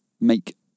make